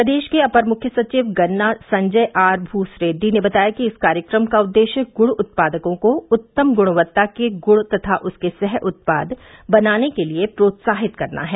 प्रदेश के अपर मुख्य सचिव गन्ना संजय आर भूसरेड्डी ने बताया कि इस कार्यक्रम का उद्देश्य गुड़ उत्पादकों को उत्तम गुणवत्ता के गुड़ तथा उसके सह उत्पाद बनाने के लिए प्रोत्साहित करना है